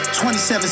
27